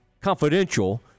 confidential